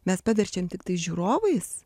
mes paverčiam tiktai žiūrovais